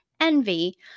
envy